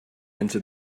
entered